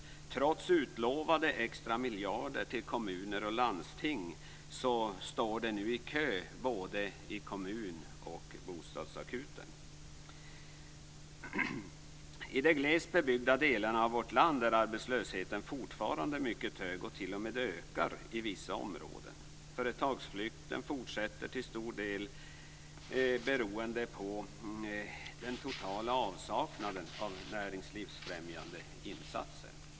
Trots utlovade extra miljarder till kommuner och landsting står de nu i kö hos både kommunakuten och bostadsakuten. I de glest bebyggda delarna av vårt land är arbetslösheten fortfarande mycket hög. Den t.o.m. ökar i vissa områden. Företagsflykten fortsätter, till stor del beroende på den totala avsaknaden av näringslivsfrämjande insatser.